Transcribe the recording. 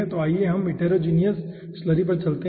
तो आइए हम हिटेरोजीनियस स्लरी पर चलते हैं